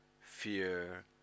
fear